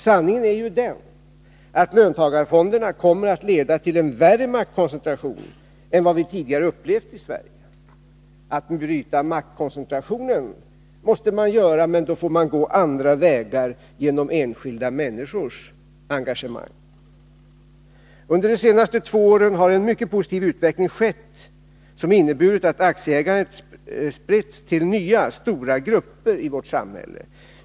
Sanningen är att löntagarfonderna kommer att leda till en värre maktkoncentration än vad vi tidigare upplevt i Sverige. Vi måste bryta maktkoncentrationen, men då får vi gå andra vägar genom enskilda människors engagemang. Under de senaste två åren har en mycket positiv utveckling skett, som inneburit att aktieägandet spridits till nya grupper i vårt samhälle.